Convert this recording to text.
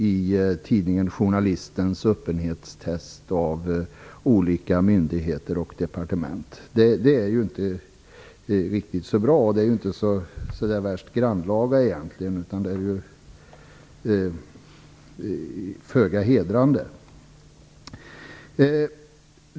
UD:s handelsavdelning skall ju vara ledande när det gäller EU relationerna. Det är inte bra. Det är inte värst grannlaga. Det är föga hedrande.